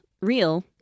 real